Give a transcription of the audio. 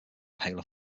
paler